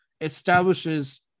establishes